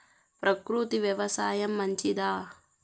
ప్రకృతి వ్యవసాయం మంచిదా?